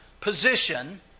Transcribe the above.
position